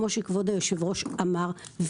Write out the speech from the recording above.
כמו שכבוד היושב-ראש אמר,